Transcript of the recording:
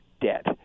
debt